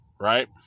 right